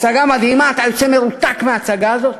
הצגה מדהימה, אתה יוצא מרותק מההצגה הזאת.